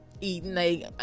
eating